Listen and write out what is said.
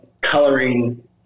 coloring